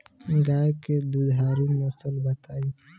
गाय के दुधारू नसल बताई?